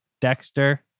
Dexter